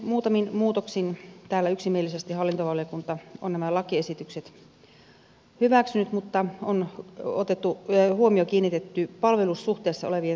muutamin muutoksin yksimielisesti hallintovaliokunta on nämä lakiesitykset hyväksynyt mutta huomio on kiinnitetty palvelussuhteessa olevien toimivaltuuksiin